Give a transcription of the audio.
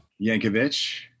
Yankovic